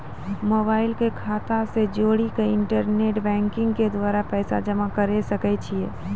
Mobile के खाता से जोड़ी के इंटरनेट बैंकिंग के द्वारा पैसा जमा करे सकय छियै?